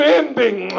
ending